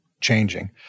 changing